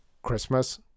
Christmas